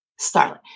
Starlet